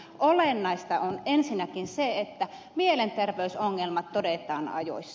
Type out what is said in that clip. olennaista on ensinnäkin se että mielenterveysongelmat todetaan ajoissa